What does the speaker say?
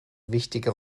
wichtige